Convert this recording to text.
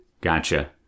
Gotcha